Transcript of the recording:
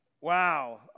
wow